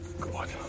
God